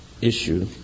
issue